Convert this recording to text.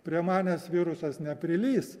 prie manęs virusas neprilįs